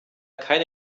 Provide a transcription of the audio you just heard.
keine